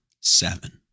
seven